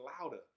louder